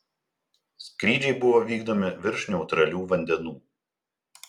skrydžiai buvo vykdomi virš neutralių vandenų